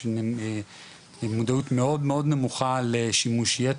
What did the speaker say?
יש מודעות מאד מאוד נמוכה לשימוש יתר,